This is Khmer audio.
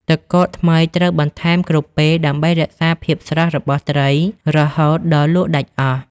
ទឹកកក ថ្មីត្រូវបន្ថែមគ្រប់ពេលដើម្បីរក្សាភាពស្រស់របស់ត្រីរហូតដល់លក់ដាច់អស់។